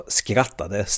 skrattade